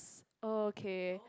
okay